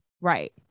Right